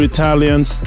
Italians